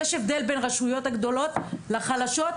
יש הבדל בין הרשויות הגדולות לחלשות,